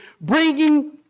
bringing